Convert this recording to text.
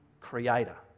Creator